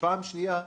ופעם שנייה,